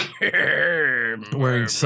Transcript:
wearing